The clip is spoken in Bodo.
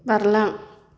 बारलां